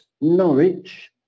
norwich